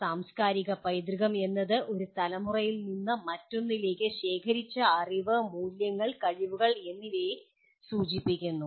"സാംസ്കാരിക പൈതൃകം" എന്നത് ഒരു തലമുറയിൽ നിന്ന് മറ്റൊന്നിലേക്ക് ശേഖരിച്ച അറിവ് മൂല്യങ്ങൾ കഴിവുകൾ എന്നിവയെ സൂചിപ്പിക്കുന്നു